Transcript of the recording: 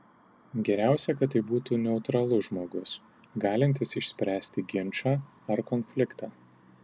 geriausia kad tai būtų neutralus žmogus galintis išspręsti ginčą ar konfliktą